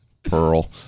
Pearl